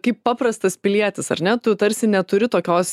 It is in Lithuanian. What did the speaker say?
kaip paprastas pilietis ar ne tu tarsi neturi tokios